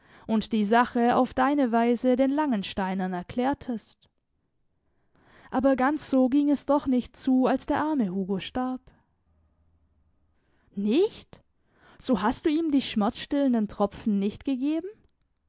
und die sache auf deine weise den langensteinern erklärtest aber ganz so ging es doch nicht zu als der arme hugo starb nicht so hast du ihm die schmerzstillenden tropfen nicht gegeben